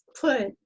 put